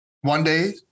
One-day